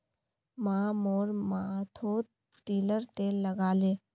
माँ मोर माथोत तिलर तेल लगाले